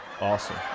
Awesome